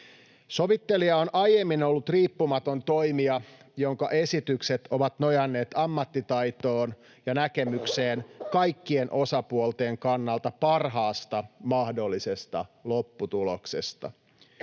Sovittelija on aiemmin ollut riippumaton toimija, jonka esitykset ovat nojanneet ammattitaitoon ja näkemykseen kaikkien osapuolten kannalta parhaasta mahdollisesta lopputuloksesta.